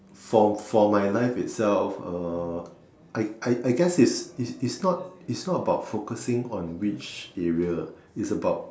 for for my life itself uh I I I guess it's it's it's not it's not about focusing on which area is about